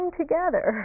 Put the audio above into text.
together